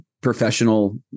professional